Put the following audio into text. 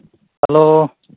hello